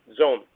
zone